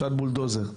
את בולדוזר,